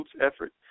effort